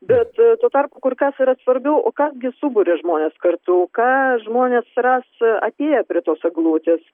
bet tuo tarpu kur kas svarbiau o kas gi suburia žmones kartu ką žmonės ras atėję prie tos eglutės